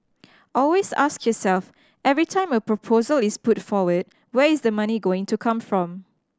always ask yourself every time a proposal is put forward where is the money going to come from